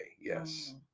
Yes